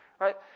right